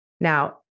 Now